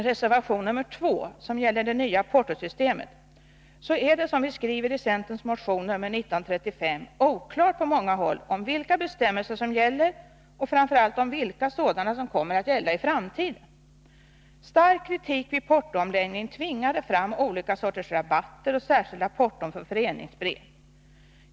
Reservation nr 2 gäller det nya portosystemet, och det är, som vi skriver i centerns motion nr 1935, på många håll oklart om vilka bestämmelser som gäller och framför allt om vilka sådana som kommer att gälla i framtiden. Stark kritik vid portoomläggningen tvingade fram olika sorters rabatter och särskilda porton för föreningsbrev.